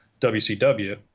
WCW